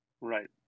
Right